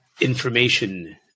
information